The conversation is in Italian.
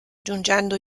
giungendo